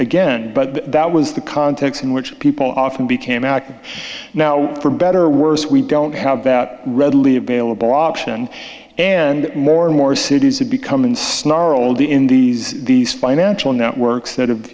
again but that was the context in which people often became our now for better or worse we don't have that readily available option and more and more cities are becoming snarled in these these financial networks that have